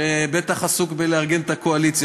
שבטח עסוק בארגון הקואליציה,